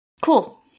Cool